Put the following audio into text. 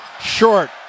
short